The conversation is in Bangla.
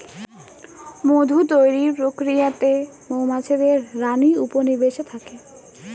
মধু তৈরির প্রক্রিয়াতে মৌমাছিদের রানী উপনিবেশে থাকে